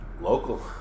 local